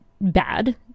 bad